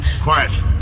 quiet